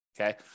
okay